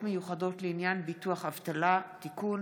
מיוחדות לעניין ביטוח אבטלה) (תיקון),